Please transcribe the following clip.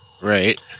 right